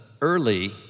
early